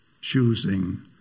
choosing